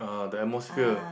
ah the atmosphere